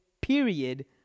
period